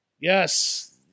yes